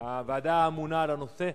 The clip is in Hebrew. הוועדה האמונה על הנושא.